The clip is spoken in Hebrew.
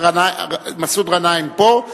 מסעוד גנאים פה,